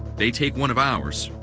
they take one of ours.